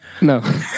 No